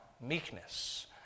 meekness